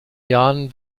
jahren